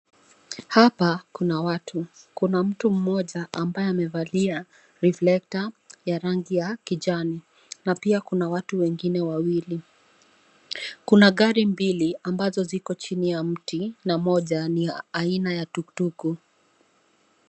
Hapa kuna watu. Kuna mtu mmoja ambaye amevalia reflector ya rangi ya kijani na pia kuna watu wengine wawili. Kuna gari mbili ambazo ziko chini ya mti, na moja ni ya aina ya tuk tuk .